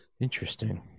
Interesting